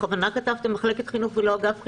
בכוונה כתבתם מחלקת חינוך ולא אגף חינוך?